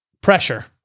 Pressure